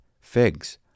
Figs